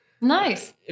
nice